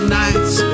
nights